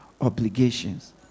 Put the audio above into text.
obligations